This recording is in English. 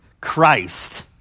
Christ